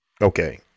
Okay